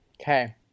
okay